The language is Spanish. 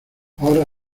ahora